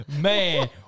Man